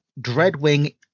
dreadwing